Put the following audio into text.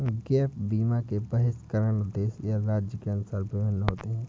gap बीमा के बहिष्करण देश या राज्य के अनुसार भिन्न होते हैं